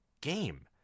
game